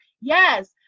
Yes